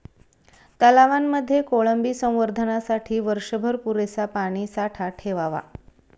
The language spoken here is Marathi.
तलावांमध्ये कोळंबी संवर्धनासाठी वर्षभर पुरेसा पाणीसाठा ठेवावा